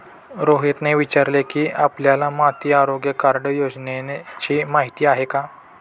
रोहनने विचारले की, आपल्याला माती आरोग्य कार्ड योजनेची माहिती आहे का?